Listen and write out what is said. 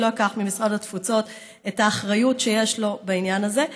אני לא אקח ממשרד התפוצות את האחריות שיש לו בעניין הזה.